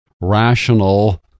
rational